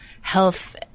health